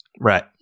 Right